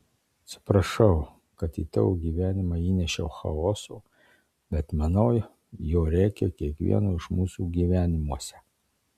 atsiprašau kad į tavo gyvenimą įnešiau chaoso bet manau jo reikia kiekvieno iš mūsų gyvenimuose